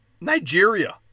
Nigeria